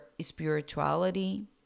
spirituality